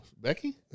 Becky